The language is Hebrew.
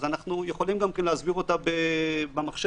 אז אנחנו יכולים להסביר אותה במחשב,